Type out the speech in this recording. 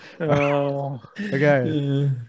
Okay